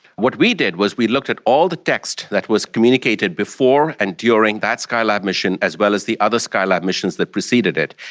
what we did was we looked at all the text that was communicated before and during that skylab mission as well as the other skylab missions that preceded it,